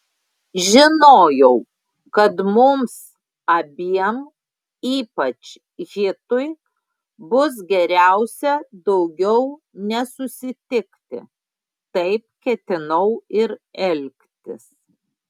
žinojau kad mums abiem ypač hitui bus geriausia daugiau nesusitikti taip ketinau ir elgtis